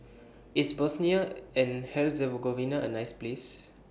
IS Bosnia and Herzegovina A nice Place